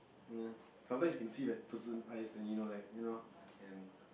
you know sometimes can see that the person eyes and you know like you know and